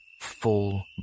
full